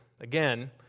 Again